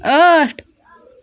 ٲٹھ